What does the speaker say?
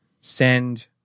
send